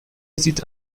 sieht